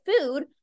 food